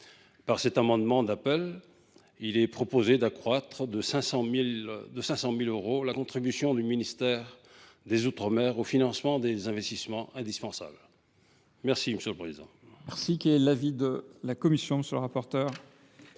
Par cet amendement d’appel, il est proposé d’accroître de 500 000 euros la contribution du ministère chargé des outre mer au financement des investissements indispensables. Quel est l’avis de